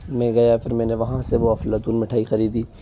मैं गया फिर मैंने वहाँ से वो अफलातून मिठाई खरीदी